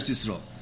Israel